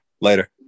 later